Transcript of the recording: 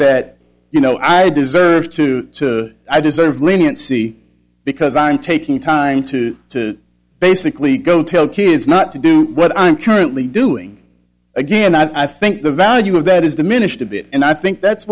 that you know i deserve to to i deserve leniency because i'm taking time to to basically go tell kids not to do what i'm currently doing again and i think the value of that is diminished a bit and i think that's